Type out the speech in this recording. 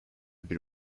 bir